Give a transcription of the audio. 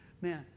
Man